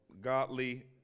godly